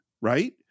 right